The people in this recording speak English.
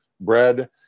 bread